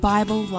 Bible